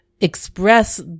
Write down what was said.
express